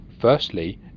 firstly